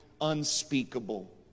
unspeakable